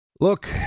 Look